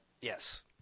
yes